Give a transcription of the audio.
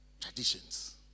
traditions